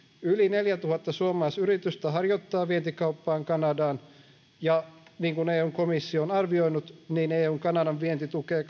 yli neljätuhatta suomalaisyritystä harjoittaa vientikauppaa kanadaan ja niin kuin eun komissio on arvioinut eun kanadan vienti tukee